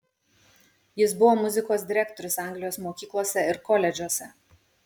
jis buvo muzikos direktorius anglijos mokyklose ir koledžuose